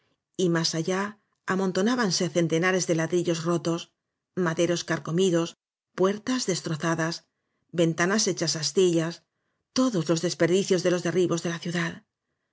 y más allá amontonábanse centenares de ladrillos rotos maderos carco midos puertas destrozadas ventanas hechas astillas todos los desperdicios de los derribos de la ciudad